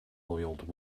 oiled